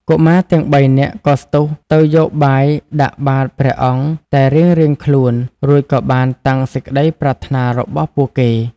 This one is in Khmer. កុមារទាំងបីនាក់ក៏ស្ទុះទៅយកបាយដាក់បាត្រព្រះអង្គតែរៀងៗខ្លួន រួចក៏បានតាំងសេចក្តីប្រាថ្នារបស់ពួកគេ។